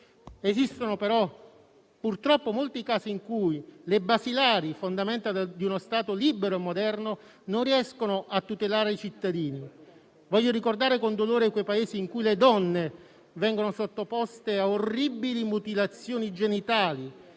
Esistono però, purtroppo, molti casi in cui le basilari fondamenta di uno Stato libero e moderno non riescono a tutelare i cittadini. Voglio ricordare con dolore i Paesi in cui le donne vengono sottoposte a orribili mutilazioni genitali